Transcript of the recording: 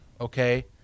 okay